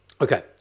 Okay